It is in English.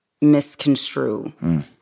misconstrue